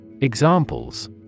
Examples